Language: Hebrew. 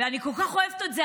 ואני כל כך אוהבת את זה.